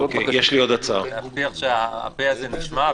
אני מבטיח שהפה הזה נשמע,